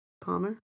palmer